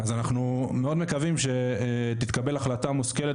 אז אנחנו מאוד מקווים שתתקבל החלטה מושכלת